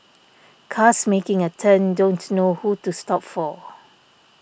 cars making a turn don't know who to stop for